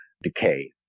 decay